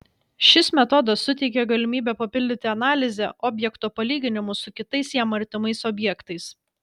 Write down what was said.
šis metodas suteikia galimybę papildyti analizę objekto palyginimu su kitais jam artimais objektais